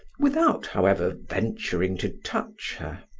without, however, venturing to touch her,